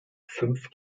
fünf